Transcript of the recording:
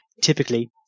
typically